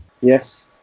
yes